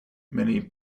many